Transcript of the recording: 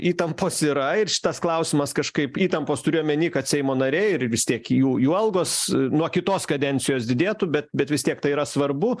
įtampos yra ir šitas klausimas kažkaip įtampos turiu omeny kad seimo nariai ir vis tiek jų jų algos nuo kitos kadencijos didėtų bet bet vis tiek tai yra svarbu